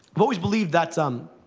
i've always believed that